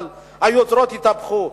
אבל היוצרות יתהפכו.